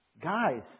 guys